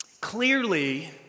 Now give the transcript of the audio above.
Clearly